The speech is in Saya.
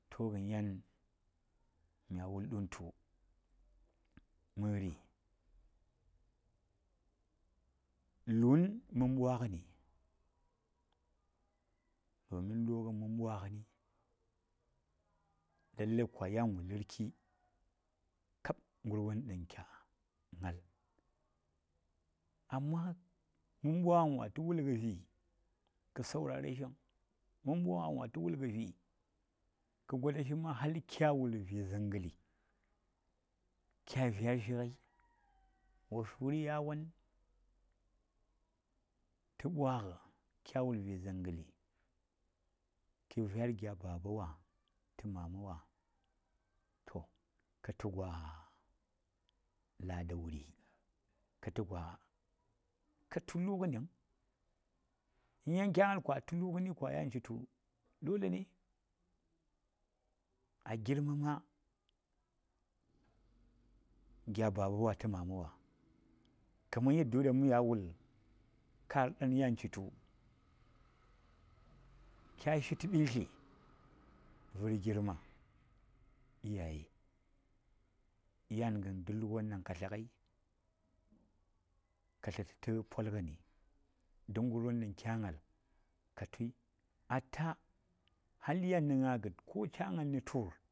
Mya wul ɗun tu məri, lun mən bwagəni don lugən mən bwagəni lalai kwa yan wa larki kab gərwan ɗan kya ngal amma mən bwagən wa tə wulgə vi kə mən bwagən wa tə wulgə vi kə goda shi ma tu har kya wul vi zəngəli kya vershi gai, wa fi wuri yawan tə bwagə kya wul vi zəngəli kə ver gya babawa tə mama wa to katu gwa lada wuri, katu gya, katu lugəni vung in yan kya ngal a tu lugəni yan chi tu dole a girmama gya babawa tə mama wa ɗan gi ɗan mya wul kar ɗan yan chi tu kya shishi tə ɓintli vir girma iyaye yan gən kab ləb wan ɗan ka tləgai ka tlətə tə polgəni duk girwan ɗan kya ngal ka tuyi aa yan nə ngah gət ko cha ngal nə tur